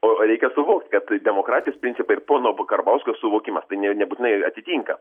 o reikia suvokt kad demokratijos principai ir pono karbauskio suvokimas tai ne nebūtinai atitinka